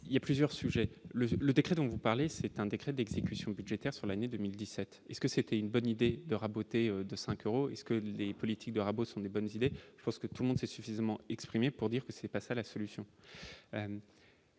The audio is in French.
il y a plusieurs sujets le le décret dont vous parlez, c'est un décret d'exécution budgétaire sur l'année 2017 est-ce que c'était une bonne idée de raboter de 5 euros et ce que les politiques de rabot sont des bonnes idées, je pense que tout le monde sait suffisamment exprimé pour dire que c'est pas ça la solution,